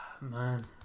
Man